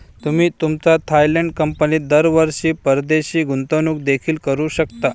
तुम्ही तुमच्या थायलंड कंपनीत दरवर्षी परदेशी गुंतवणूक देखील करू शकता